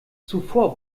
zuvor